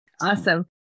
awesome